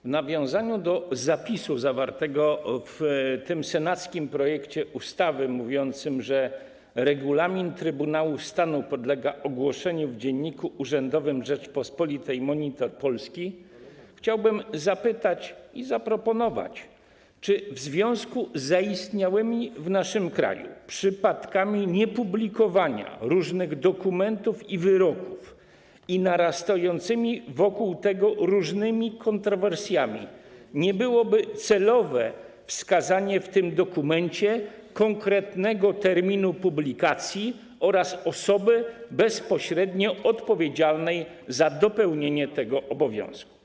W nawiązaniu do zapisu zawartego w tym senackim projekcie ustawy, który mówi o tym, że regulamin Trybunału Stanu podlega ogłoszeniu w Dzienniku Urzędowym Rzeczypospolitej „Monitor Polski”, chciałbym zaproponować, zapytać, czy w związku z zaistniałymi w naszym kraju przypadkami niepublikowania różnych dokumentów i wyroków oraz narastającymi wokół tego różnymi kontrowersjami nie byłoby celowe wskazanie w tym dokumencie konkretnego terminu publikacji oraz osoby bezpośrednio odpowiedzialnej za dopełnienie tego obowiązku.